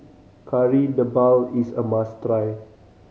Kari Debal is a must try